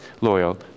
loyal